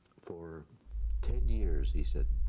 for ten years he said,